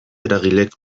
eragilek